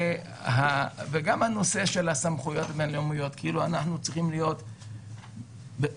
לגבי הנושא של סמכויות בינלאומיות אנחנו צריכים להיות במציאות,